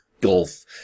gulf